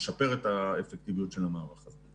לשפר את האפקטיביות של המערך הזה.